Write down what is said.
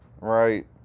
right